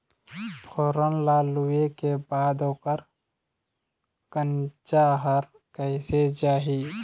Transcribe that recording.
फोरन ला लुए के बाद ओकर कंनचा हर कैसे जाही?